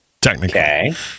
technically